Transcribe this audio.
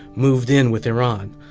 moved in with iran.